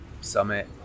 Summit